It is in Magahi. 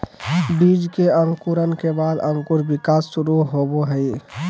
बीज के अंकुरण के बाद अंकुर विकास शुरू होबो हइ